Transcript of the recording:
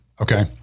Okay